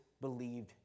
believed